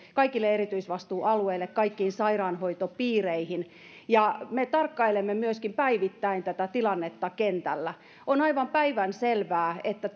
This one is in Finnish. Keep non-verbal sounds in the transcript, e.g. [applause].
kaikille erityisvastuualueille kaikkiin sairaanhoitopiireihin me myöskin tarkkailemme päivittäin tätä tilannetta kentällä on aivan päivänselvää että [unintelligible]